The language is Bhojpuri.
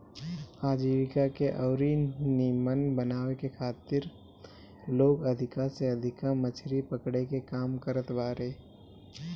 आजीविका के अउरी नीमन बनावे के खातिर लोग अधिका से अधिका मछरी पकड़े के काम करत बारे